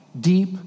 deep